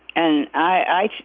and i